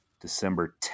December